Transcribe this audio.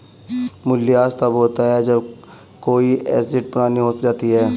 मूल्यह्रास तब होता है जब कोई एसेट पुरानी हो जाती है